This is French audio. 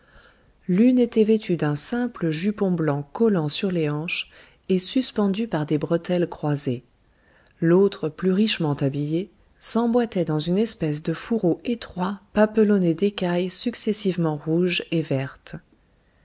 l'une était vêtue d'un simple jupon blanc collant sur les hanches et suspendu par des bretelles croisées l'autre plus richement habillée s'emboîtait dans une espèce de fourreau étroit papelonné d'écailles successivement rouges et vertes